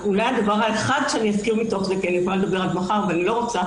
הדבר האחד שאזכיר מתוך זה כי אני יכולה לדבר עד מחר ואני לא רוצה